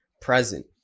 present